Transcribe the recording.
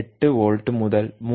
8 volt മുതൽ3